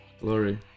Glory